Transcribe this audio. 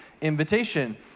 invitation